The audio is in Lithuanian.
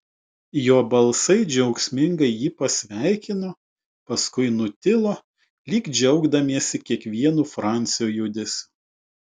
jo balsai džiaugsmingai jį pasveikino paskui nutilo lyg džiaugdamiesi kiekvienu francio judesiu